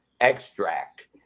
extract